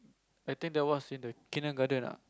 I think that was in the Kindergarten ah